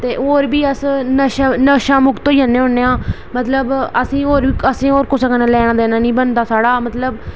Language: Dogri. ते होर बी अस नशा मुक्त होई जन्ने होन्ने आं मतलब असेंगी होर कुसै कन्नै लैना देना निं बनदा साढ़ा मतलब